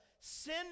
Sin